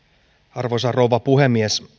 arvoisa rouva puhemies